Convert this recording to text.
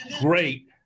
great